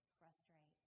frustrate